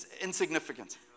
insignificant